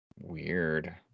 weird